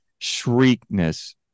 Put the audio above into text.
shriekness